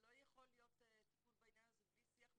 שלא יכול להיות טיפול בעניין הזה בלי שיח משולש,